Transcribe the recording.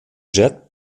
jet